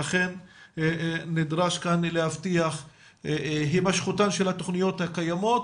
ולכן נדרש להבטיח הימשכותן של התכניות הקיימות,